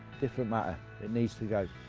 different matter it needs to go.